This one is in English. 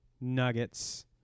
Nuggets